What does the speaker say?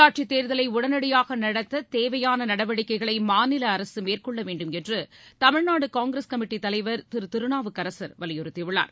உள்ளாட்சி தேர்தலை உடனடியாக நடத்த தேவையான நடவடிக்கைகளை மாநில அரசு மேற்கொள்ள வேண்டும் என்று தமிழ்நாடு காங்கிரஸ் கமிட்டி தலைவர் திரு திருநாவுக்கரசர் வலியுறுத்தி உள்ளார்